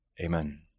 Amen